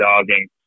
dogging